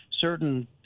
certain